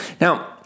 Now